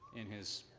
in his